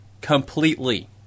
completely